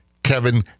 Kevin